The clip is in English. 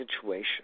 situation